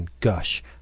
gush